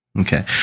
Okay